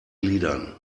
gliedern